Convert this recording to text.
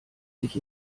sich